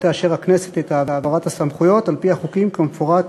תאשר הכנסת את העברת הסמכויות על-פי החוקים כמפורט